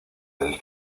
del